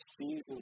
Jesus